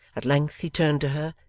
at length he turned to her,